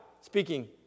speaking